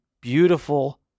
beautiful